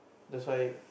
that's why